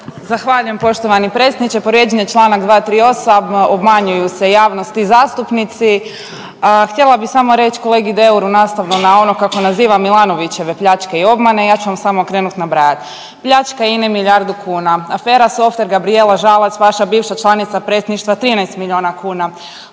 Zahvaljujem poštovani predsjedniče. Povrijeđen je čl. 238. obmanjuju se javnost i zastupnici, a htjela bih samo reći kolegi Deuru nastavno na ono kako naziva Milanovićeve pljačke i obmane, ja ću vam samo krenut nabrajat, pljačka Ine milijardu kuna, afera Softver Gabrijela Žalac vaša bivša članica predsjedništva 13 milijuna kuna,